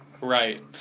Right